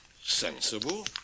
Sensible